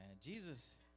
Jesus